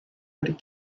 had